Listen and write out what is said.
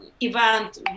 event